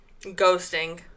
Ghosting